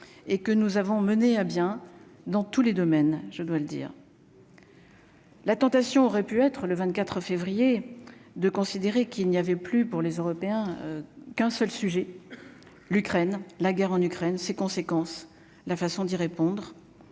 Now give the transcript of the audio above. et que nous avons mené à bien dans tous les domaines, je dois le dire. La tentation aurait pu être le 24 février 2 considérer qu'il n'y avait plus pour les Européens, qu'un seul sujet : l'Ukraine, la guerre en Ukraine, ses conséquences, la façon d'y répondre